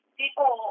people